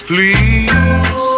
Please